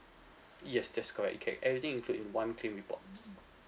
yes that's correct you can everything include in one claim report